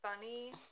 funny